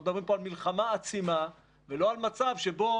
אנחנו מדברים פה על מלחמה עצימה ולא על מצב שבו